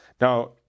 Now